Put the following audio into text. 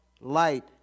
light